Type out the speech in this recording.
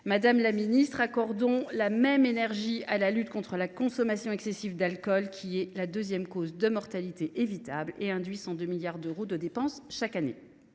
Madame la ministre, accordons la même énergie à la lutte contre la consommation excessive d’alcool, qui est la deuxième cause de mortalité évitable et qui induit 102 milliards d’euros de dépenses chaque année.